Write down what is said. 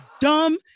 dumb